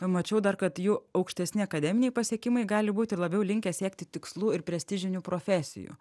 mačiau dar kad jų aukštesni akademiniai pasiekimai gali būti ir labiau linkę siekti tikslų ir prestižinių profesijų